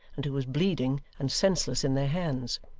and who was bleeding and senseless in their hands.